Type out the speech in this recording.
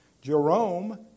Jerome